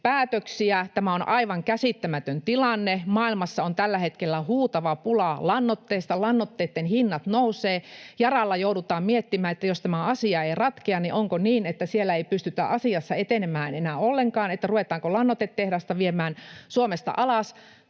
päätöksiä. Tämä on aivan käsittämätön tilanne. Maailmassa on tällä hetkellä huutava pula lannoitteista, lannoitteiden hinnat nousevat, Yaralla joudutaan miettimään, että jos tämä asia ei ratkea, niin onko niin, että siellä ei pystytä asiassa etenemään enää ollenkaan, ruvetaanko lannoitetehdasta viemään Suomesta alas.